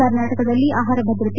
ಕರ್ನಾಟಕದಲ್ಲಿ ಆಹಾರ ಭದ್ರತೆ